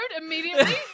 immediately